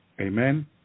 Amen